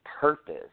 purpose